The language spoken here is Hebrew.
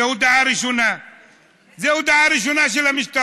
זה הודעה ראשונה של המשטרה: